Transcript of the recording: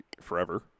forever